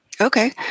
Okay